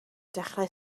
dechrau